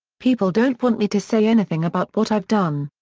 people don't want me to say anything about what i've done.